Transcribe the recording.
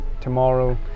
tomorrow